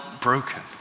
broken